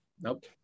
Nope